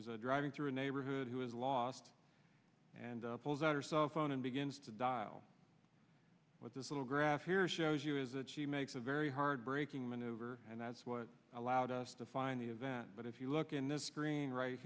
a driving through a neighborhood who is lost and pulls out her cell phone and begins to dial what this little graph here shows you is that she makes a very hard braking maneuver and that's what allowed us to find the event but if you look in the screen right